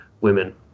women